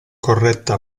corretta